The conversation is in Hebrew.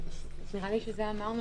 אמרנו